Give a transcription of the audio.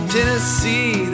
Tennessee